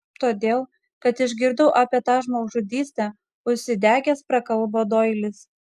todėl kad išgirdau apie tą žmogžudystę užsidegęs prakalbo doilis